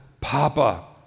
Papa